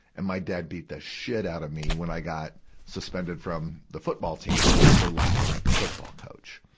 and my dad beat the shit out of me when i got suspended from the football team for laughing at the football coach.